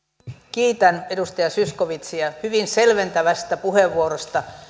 kiitän edustaja zyskowiczia hyvin selventävästä puheenvuorosta